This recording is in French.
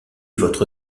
votre